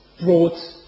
brought